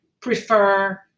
prefer